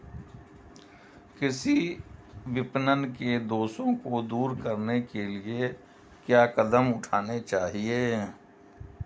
कृषि विपणन के दोषों को दूर करने के लिए क्या कदम उठाने चाहिए?